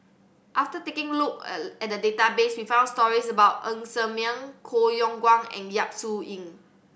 after taking a look at the database we found stories about Ng Ser Miang Koh Yong Guan and Yap Su Yin